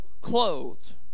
clothed